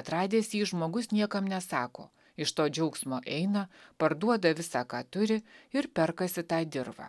atradęs jį žmogus niekam nesako iš to džiaugsmo eina parduoda visą ką turi ir perkasi tą dirvą